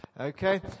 Okay